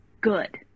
good